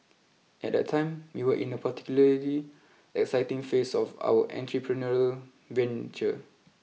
at that time we were in a particularly exciting phase of our entrepreneurial venture